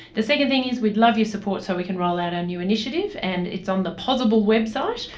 the second thing is we'd love your support so we can roll out our new initiative, and it's on the pozible website,